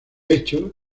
hecho